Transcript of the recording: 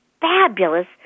fabulous